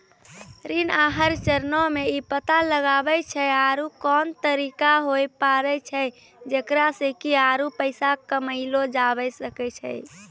ऋण आहार चरणो मे इ पता लगाबै छै आरु कोन तरिका होय पाड़ै छै जेकरा से कि आरु पैसा कमयलो जाबै सकै छै